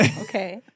Okay